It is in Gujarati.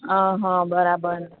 હં બરાબર